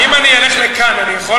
אם אני אלך לכאן, אני יכול